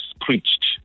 preached